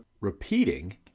repeating